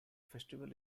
festival